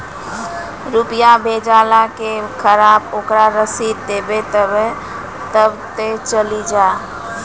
रुपिया भेजाला के खराब ओकरा रसीद देबे तबे कब ते चली जा?